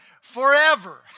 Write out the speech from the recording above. forever